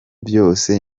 byose